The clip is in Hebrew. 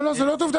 לא, זה לא דובדבן,